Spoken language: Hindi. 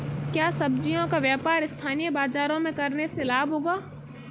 क्या सब्ज़ियों का व्यापार स्थानीय बाज़ारों में करने से लाभ होगा?